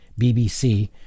BBC